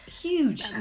Huge